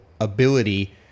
ability